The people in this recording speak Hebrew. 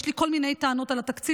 יש לי כל מיני טענות על התקציב,